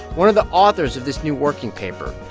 one of the authors of this new working paper,